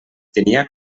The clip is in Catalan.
tenia